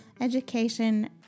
education